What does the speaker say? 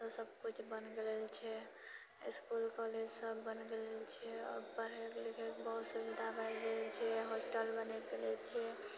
अब तऽ सभ किछु बन गेलल छै इसकुल कॉलेज सभ बन गेलल छिऐ आब पढ़ै लिखै कऽ बहुत सुविधा भए छिऐ होस्टल बनि गेल छिऐ